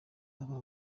aba